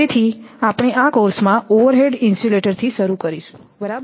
તેથી આપણે આ કોર્સમાં ઓવરહેડ ઇન્સ્યુલેટરથી શરૂ કરીશું બરાબર